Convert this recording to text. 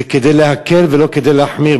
זה כדי להקל ולא כדי להחמיר.